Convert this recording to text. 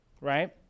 right